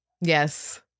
Yes